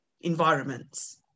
environments